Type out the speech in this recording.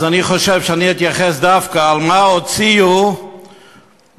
אז אני חושב שאני אתייחס דווקא למה שהוציאו ב-2014.